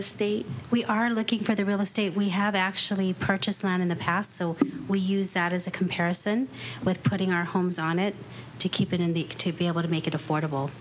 estate we are looking for the real estate we have actually purchased land in the past so we use that as a comparison with putting our homes on it to keep it in the to be able to make it affordable